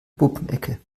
puppenecke